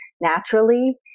naturally